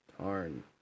Tarn